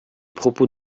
propos